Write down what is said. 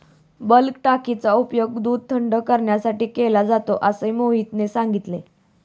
bulk टाकीचा उपयोग दूध थंड करण्यासाठी केला जातो असे मोहितने सांगितले